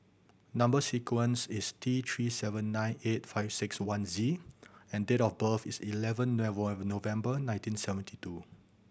number sequence is T Three seven nine eight five six one Z and date of birth is eleven November nineteen seventy two